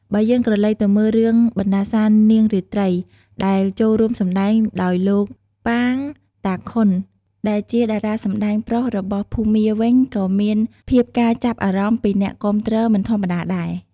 បើយើងក្រឡេកទៅមើលរឿងបណ្ដាសានាងរាត្រីដែលចូលរួមសម្តែងដោយលោក ប៉ាង តាខុន ដែលជាតារាសម្តែងប្រុសរបស់ភូមាវិញក៏មានភាពការចាប់អារម្មណ៍ពីអ្នកគាំទ្រមិនធម្មតាដែរ ។